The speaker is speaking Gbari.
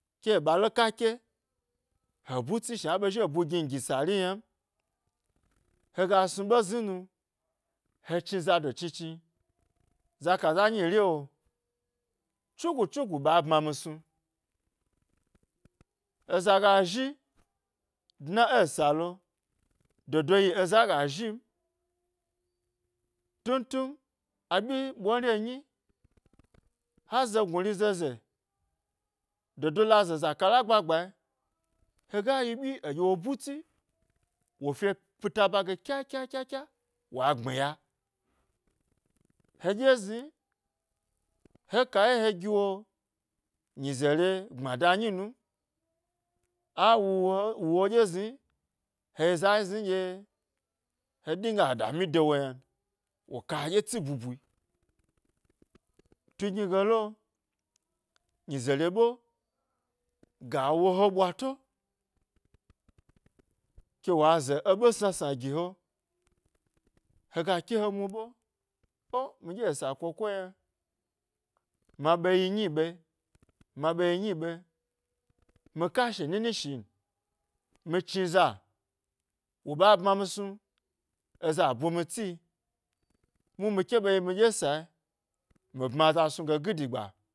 Ke ė ɓa le ka ke he butsi shnan nɗye he zhi he bu ngin gin sari ynan, hega snu ɓe zni nu he chni zado chni chni zakaza nyirizo tsugu tsugu ɓa bmami snu, eza ga zhi dna esalo dodo yi eza ga zhin tun tun, aɓyi ɓore nyi ha zo gnuri zeza, dodo la ze za kala gba gba e hega yi ɓyi eɗye wo butsi wo fye pita ba ge kya kya kya kya, wa gbmi ya, heɗye zni he ka ye he giwo nize re gbmada nyi num a wuwo, heɗye zni he yi za zni ɗye he dingahe dami de wo ynan wo ka heɗye tsi bubu tu gni gelo, nyizere ɓe, ga wo he ɓwato, ke waze eɓe sna sna gi he, he ga ke ha mu ɓe, oh, mi ɗye esa koko yna, ma ɓe mi ka shi nini shin mi chniza wo ɓa bma mi snu eza bumi tsi muhni mi kayi mi ɗye sayi mi bma za snu gidi gba.